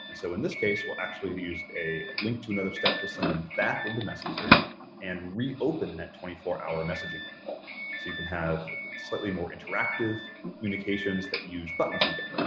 so in this case, we'll actually use a link to another step to send them back into messenger and reopen that twenty four hour messaging window so you can have slightly more interactive communications that use buttons again,